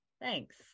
thanks